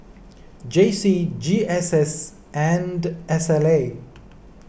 J C G S S and S L A